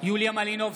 יוליה מלינובסקי,